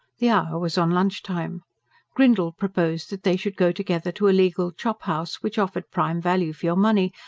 the hour was on lunch-time grindle proposed that they should go together to a legal chop-house, which offered prime value for your money,